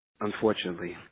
unfortunately